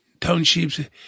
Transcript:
townships